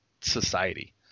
society